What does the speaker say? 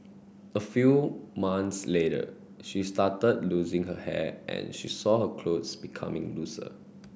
a few months later she started losing her hair and she saw her clothes becoming looser